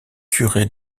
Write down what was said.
curé